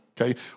Okay